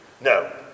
No